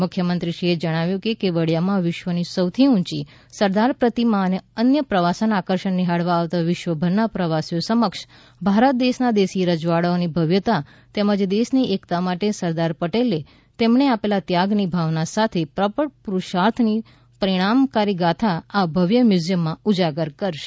મુખ્યમંત્રીશ્રીએ જણાવ્યું કે કેવડીયામાં વિશ્વની સૌથી ઊંચી સરદાર પ્રતિમા અને અન્ય પ્રવાસન આકર્ષણ નિહાળવા આવતા વિશ્વભરના પ્રવાસીઓ સમક્ષ ભારત વર્ષના દેશી રજવાડાઓની ભવ્યતા તેમજ દેશની એકતા માટે સરદાર પટેલે તેમણે આપેલા ત્યાગની ભાવના સાથે પ્રબળ પુરૂષાર્થની પરિણામકારી ગાથા આ ભવ્ય મ્યૂઝિયમ ઊજાગર કરશે